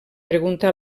pregunta